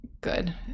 good